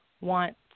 want